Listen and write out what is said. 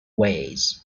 ways